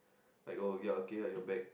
like oh you are working you are back